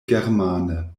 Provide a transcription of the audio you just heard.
germane